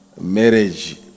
Marriage